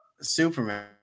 superman